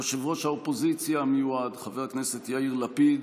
יושב-ראש האופוזיציה המיועד חבר הכנסת יאיר לפיד,